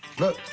look,